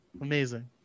amazing